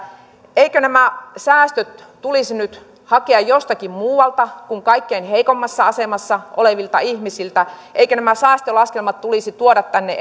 eikö nämä säästöt tulisi nyt hakea jostakin muualta kuin kaikkein heikoimmassa asemassa olevilta ihmisiltä eikö nämä säästölaskelmat tulisi tuoda tänne